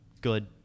good